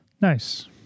Nice